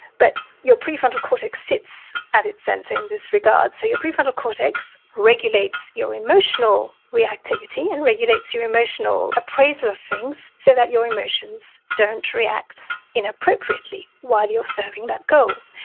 but your prefrontal cortex sits at its center in this regard. so your prefrontal cortex regulates your emotional reactivity and regulates your emotional appraisal of things so that your emotions don't react inappropriately while you're serving that goal